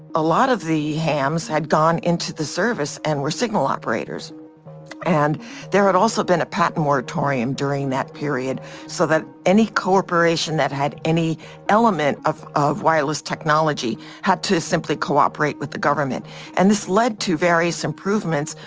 a lot of the hams had gone into the service and were signal operators and there had also been a patent moratorium during that period so that any corporation that had any element of of wireless technology had to simply cooperate with the government and this led to various improvements.